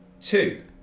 two